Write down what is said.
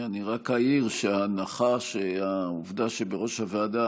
אני רק אעיר שההנחה שהעובדה שבראש הוועדה,